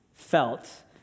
felt